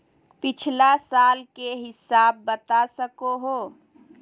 पिछला साल के हिसाब बता सको हो?